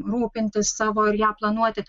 rūpintis savo ir ją planuoti